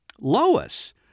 Lois